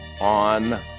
on